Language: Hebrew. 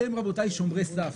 אתם, רבותיי, שומרי סף.